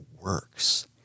works